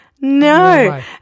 no